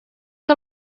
que